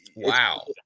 Wow